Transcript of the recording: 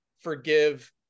forgive